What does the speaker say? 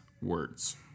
words